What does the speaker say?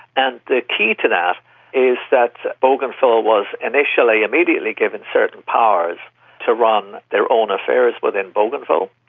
and the key to that is that bougainville was initially immediately given certain powers to run their own affairs within bougainville.